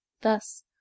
thus